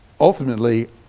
ultimately